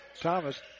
Thomas